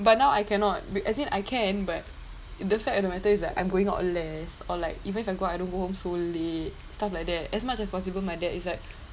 but now I cannot as in I can but the fact of the matter is that I'm going out less or like even if I go out I don't go home so late stuff like that as much as possible my dad is like